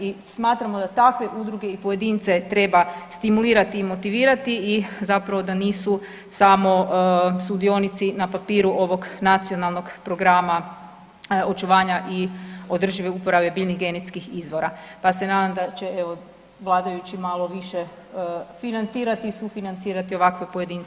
I smatramo da takve udruge i pojedince treba stimulirati, i motivirati i zapravo da nisu samo sudionici na papiru ovog Nacionalnog programa očuvanja i održive uporabe biljnih genetskih izvora, pa se nadam da će evo vladajući malo više financirati i sufinancirati ovakve pojedince i udruge.